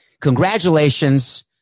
congratulations